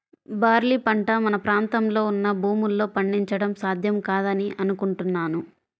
barley పంట మన ప్రాంతంలో ఉన్న భూముల్లో పండించడం సాధ్యం కాదని అనుకుంటున్నాను